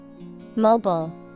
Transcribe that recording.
Mobile